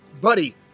buddy